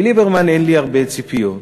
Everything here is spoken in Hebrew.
מליברמן אין לי הרבה ציפיות.